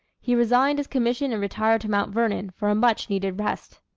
he resigned his commission and retired to mount vernon for a much-needed rest.